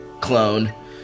clone